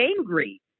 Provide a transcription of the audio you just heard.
angry